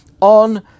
on